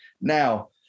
Now